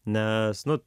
nes nu